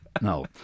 No